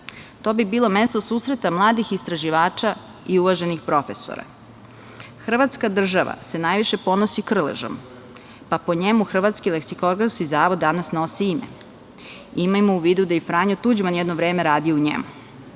To bi bilo mesto susreta mladih istraživača i uvaženih profesora. Hrvatska država se najviše ponosi Krležom, pa po njemu Hrvatski leksikografski zavod danas nosi ime. Imajmo u vidu da je i Franjo Tuđman jedno vreme radio u njemu.